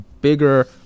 bigger